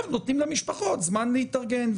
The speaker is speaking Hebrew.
אנחנו נותנים למשפחות זמן להתארגן.